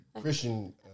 Christian